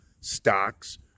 stocks